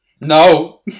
no